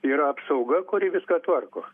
yra apsauga kuri viską tvarko